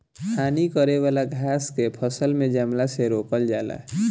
हानि करे वाला घास के फसल में जमला से रोकल जाला